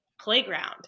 playground